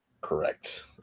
Correct